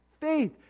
faith